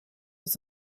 was